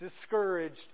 discouraged